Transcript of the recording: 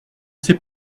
sais